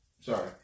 sorry